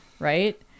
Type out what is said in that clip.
Right